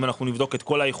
אם אנחנו נבדוק את כל האיחוד,